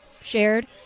shared